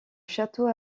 château